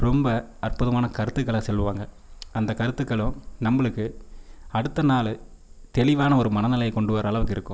ரொம்ப அற்புதமான கருத்துக்களை சொல்வாங்க அந்த கருத்துக்களும் நம்மளுக்கு அடுத்த நாள் தெளிவான ஒரு மனநிலைய கொண்டு வர்றளவுக்கு இருக்கும்